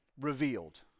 revealed